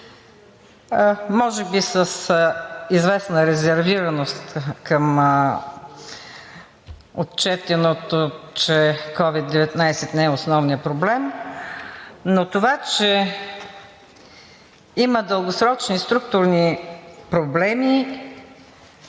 Може би с известна резервираност към отчетеното, че COVID 19 не е основният проблем, но това, че има дългосрочни структурни проблеми